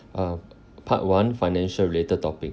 um part one financial related topic